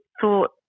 thought